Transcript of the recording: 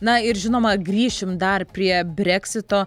na ir žinoma grįšim dar prie breksito